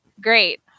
Great